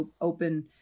open